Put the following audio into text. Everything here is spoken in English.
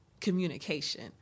Communication